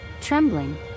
Trembling